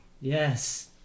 Yes